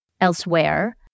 elsewhere